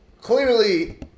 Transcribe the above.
clearly